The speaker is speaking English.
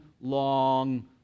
long